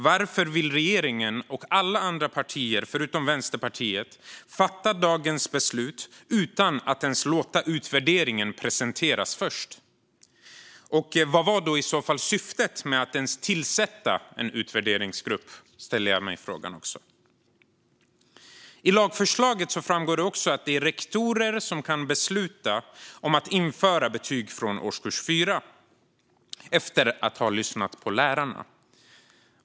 Varför vill regeringen och alla partier, förutom Vänsterpartiet, fatta dagens beslut utan att först låta utvärderingen presenteras? Jag ställer mig också frågan vad som i så fall var syftet med att ens tillsätta en utvärderingsgrupp. I lagförslaget framgår det också att rektorer kan besluta om att införa betyg från årskurs 4 efter att ha lyssnat på lärarna.